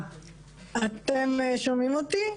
שומעים אותי?